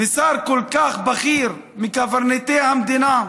משר כל כך בכיר, מקברניטי המדינה.